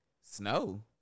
snow